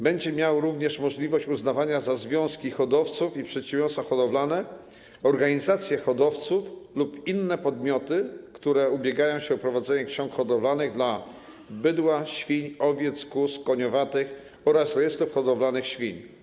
Będzie miał również możliwość uznawania za związki hodowców i przedsiębiorstwa hodowlane organizacji hodowców lub innych podmiotów, które ubiegają się o prowadzenie ksiąg hodowlanych dla bydła, świń, owiec, kóz i koniowatych oraz rejestrów hodowlanych świń.